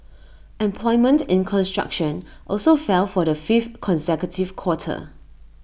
employment in construction also fell for the fifth consecutive quarter